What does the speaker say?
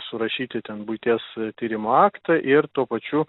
surašyti ten buities tyrimo aktą ir tuo pačiu